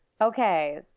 Okay